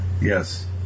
Yes